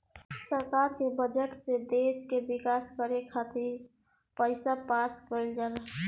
सरकार के बजट से देश के विकास करे खातिर पईसा पास कईल जाला